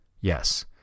yes